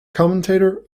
commentator